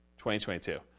2022